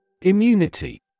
Immunity